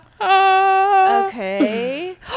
Okay